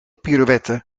pirouette